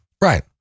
Right